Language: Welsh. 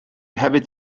hefyd